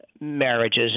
marriages